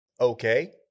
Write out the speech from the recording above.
Okay